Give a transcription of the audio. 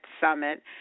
Summit